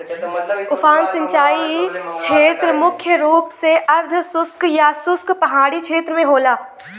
उफान सिंचाई छेत्र मुख्य रूप से अर्धशुष्क या शुष्क पहाड़ी छेत्र में होला